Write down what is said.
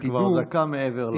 אתה כבר דקה מעבר לזמן.